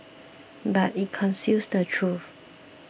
but it conceals the truth